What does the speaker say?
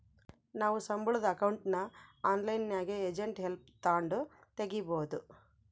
ನಾವು ಸಂಬುಳುದ್ ಅಕೌಂಟ್ನ ಆನ್ಲೈನ್ನಾಗೆ ಏಜೆಂಟ್ ಹೆಲ್ಪ್ ತಾಂಡು ತಗೀಬೋದು